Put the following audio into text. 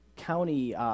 county